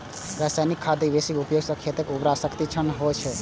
रासायनिक खादक बेसी उपयोग सं खेतक उर्वरा शक्तिक क्षरण होइ छै